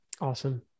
Awesome